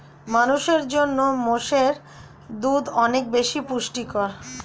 মানুষের জন্য মোষের দুধ অনেক বেশি পুষ্টিকর